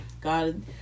God